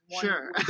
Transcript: Sure